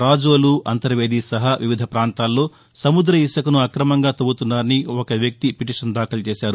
రాజోలు అంతర్వేది సహా వివిధ ప్రాంతాల్లో సముద్ర ఇసుకను అక్రమంగా తప్పుతున్నారని ఒక వ్యక్తి పిటీషన్ దాఖలు చేసారు